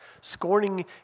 scorning